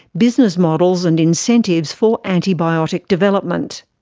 business models and incentives for antibiotic development.